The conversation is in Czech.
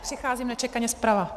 Přicházím nečekaně zprava.